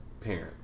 parent